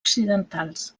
occidentals